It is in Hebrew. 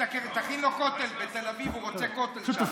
תכין לו קוטג' בתל אביב, הוא רוצה קוטג' שם.